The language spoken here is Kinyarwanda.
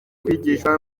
kwigishwa